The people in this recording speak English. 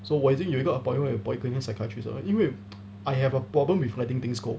so 我已经有一个 appointment with polyclinic psychiatrist liao 因为 I have a problem with letting things go